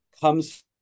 comes